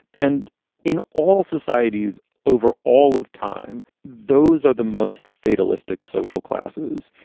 and in all societies over all of time, those are the most fatalistic social classes.